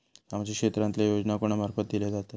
सामाजिक क्षेत्रांतले योजना कोणा मार्फत दिले जातत?